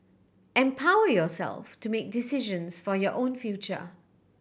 empower yourself to make decisions for your own future